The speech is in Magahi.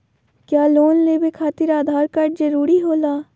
क्या लोन लेवे खातिर आधार कार्ड जरूरी होला?